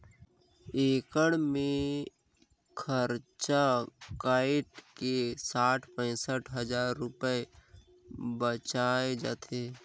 एकड़ मे खरचा कायट के साठ पैंसठ हजार रूपिया बांयच जाथे